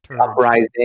uprising